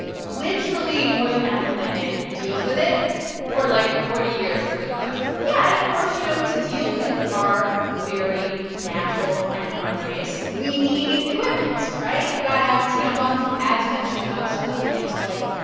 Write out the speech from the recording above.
literally more than half the planet deals with it for, like, forty years of their lives yeah. and, of course, you know, to deal with our very natural friend andres, we need equipment, right? you got to have tampons and pads and menstrual cups or other things to, like,